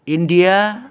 India